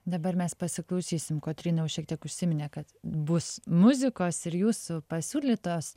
dabar mes pasiklausysim kotryna jau šiek tiek užsiminė kad bus muzikos ir jūsų pasiūlytos